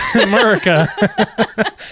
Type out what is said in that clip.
America